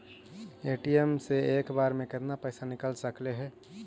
ATM से एक बार मे केतना पैसा निकल सकले हे?